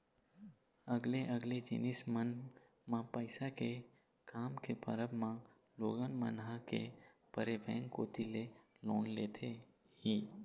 अलगे अलगे जिनिस मन म पइसा के काम के परब म लोगन मन ह के परे बेंक कोती ले लोन लेथे ही